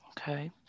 Okay